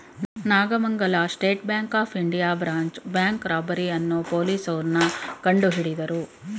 Nagamangala State Bank of India branch bank robbery ಅನ್ನೋ ಪೊಲೀಸ್ನೋರು ಕಂಡುಹಿಡಿದರು